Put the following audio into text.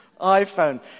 iPhone